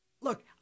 Look